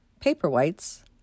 Paperwhites